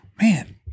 Man